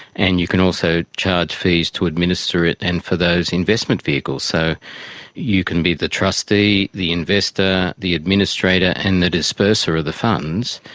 and you can also charge fees to administer it and for those investment vehicles. so you can be the trustee, the investor, the administrator and the disburser of the funds,